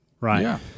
Right